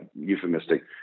euphemistic